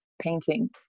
painting